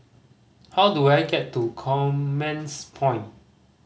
how do I get to Commerce Point